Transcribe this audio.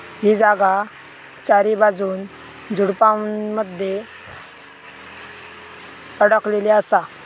ही जागा चारीबाजून झुडपानमध्ये अडकलेली असा